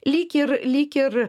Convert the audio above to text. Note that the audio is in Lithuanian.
lyg ir lyg ir